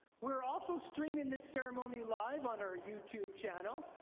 we are also streaming this ceremony live on our youtube channel,